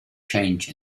change